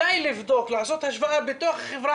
הישיבה היום מוקדשת בעיקר לנושא של מדד הביטחון